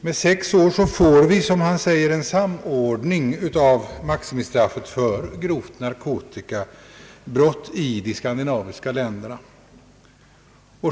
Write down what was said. Med sex år får vi, som man säger, en samordning av maximistraffet för grovt narkotikabrott i de skandinaviska länderna.